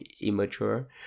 immature